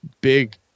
big